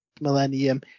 millennium